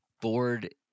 bored